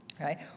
right